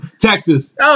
Texas